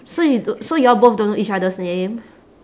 so you do~ so y'all both don't know each other's name